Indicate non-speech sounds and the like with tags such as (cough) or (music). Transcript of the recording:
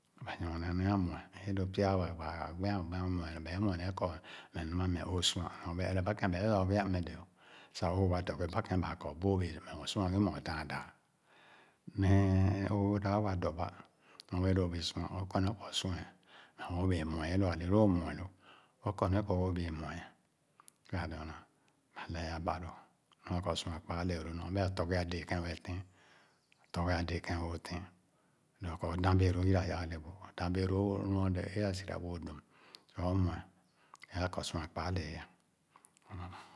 Ba nyorne nee a’mue é lō pya wá gbaa gbi ā, gbi’ ā mue lō, bā, mue nee kɔ meh nu’ma meh ōō, sua nɔ bēē kɔ ɛrɛba kēn ɔghe, a’mmeh dō sah ōō ’wa dɔ ba kén maa kɔ, bōō ēē meh o’sua ghe meh o’dāān dāān. (unintelligible) Nee oo’ dāp wa dɔ ba, nyorbēē lō ’bēē sua o’kɔ nee kɔ o’sua ē, meh oo’bēē mue ē le ale lōō mue lō, o’kɔ nee kɔ oo’bēē mue’ ē. Kēn a’dōō lō, ba lɛɛ ba loo. Nua kɔ sua kpa a’lee lō nɔ bēē a’tɔghe ā déé wɛɛ tɛɛn, ā tɔghe kēn òò’ tɛɛn. Dōō kɔ o’dàm bēē lōō yiraya a’le bu; dōō kɔ o’dán bēē lōō nu o’lɛɛ, á asira bu o’dum, sor o’mue, ē kɔ sua kpa ahee.